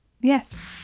Yes